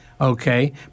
okay